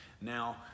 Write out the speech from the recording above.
Now